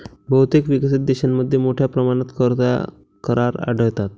बहुतेक विकसित देशांमध्ये मोठ्या प्रमाणात कर करार आढळतात